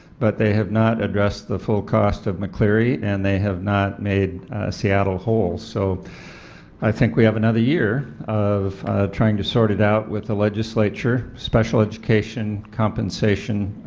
but they have not addressed the full cost of mccleary and they have not made seattle whole. so i think we have another year of trying to sort it out with the legislature, special education, compensation,